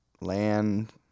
land